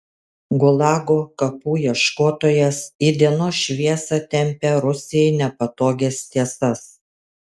gulago kapų ieškotojas į dienos šviesą tempia rusijai nepatogias tiesas